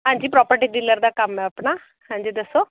ਹਾਂਜੀ property dealer ਦਾ ਕੰਮ ਹੈ ਆਪਣਾ ਹਾਂਜੀ ਦੱਸੋ